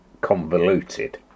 convoluted